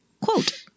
Quote